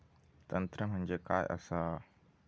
तंत्र म्हणजे काय असा?